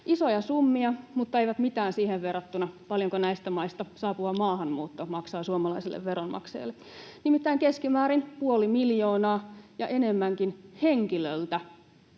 isoja summia, mutta ei mitään siihen verrattuna, paljonko näistä maista saapuva maahanmuutto maksaa suomalaiselle veronmaksajalle, nimittäin keskimäärin puoli miljoonaa ja enemmänkin henkilöltä.